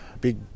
big